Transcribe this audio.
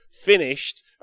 finished